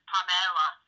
Pamela